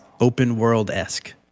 open-world-esque